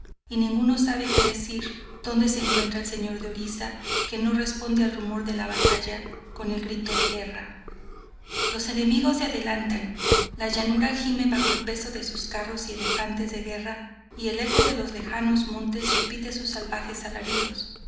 y ninguno sabe decir donde se encuentra el señor de orisa que no responde al rumor de la batalla con el grito de guerra los enemigos se adelantan la llanura gime bajo el peso de sus carros y elefantes de guerra y el eco de los lejanos montes repite sus salvajes alaridos